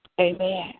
Amen